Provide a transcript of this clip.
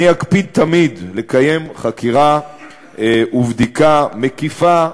אני אקפיד תמיד לקיים חקירה ובדיקה מקיפה,